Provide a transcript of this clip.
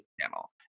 channel